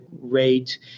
rate